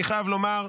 אני חייב לומר,